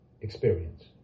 experience